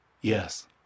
Yes